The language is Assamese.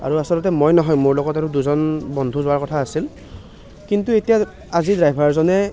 আৰু আচলতে মই নহয় মোৰ লগত আৰু দুজন বন্ধু যোৱাৰ কথা আছিল কিন্তু এতিয়া আজি ড্ৰাইভাৰজনে